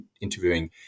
interviewing